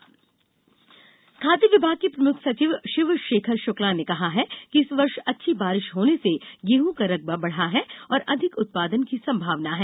उपार्जन प्रकिया खाद्य विभाग के प्रमुख सचिव शिवशेखर शुक्ला ने कहा है कि इस वर्ष अच्छी बारिश होने से गेहूं का रकबा बढ़ा है और अधिक उत्पादन की संभावना है